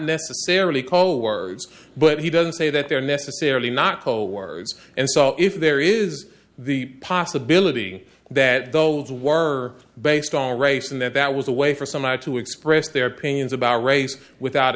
necessarily code words but he doesn't say that they're necessarily not whole words and so if there is the possibility that those were based on race and that that was a way for someone to express their opinions about race without